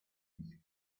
music